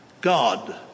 God